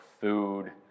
food